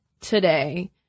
today